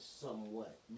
somewhat